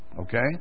Okay